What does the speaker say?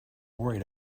worried